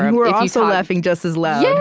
who are also laughing just as loud yeah!